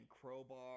Crowbar